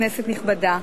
כנסת נכבדה,